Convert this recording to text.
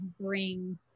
bring